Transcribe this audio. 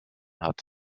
hat